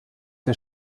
der